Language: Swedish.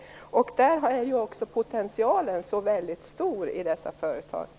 Potentialen är ju också så väldigt stor i dessa företag.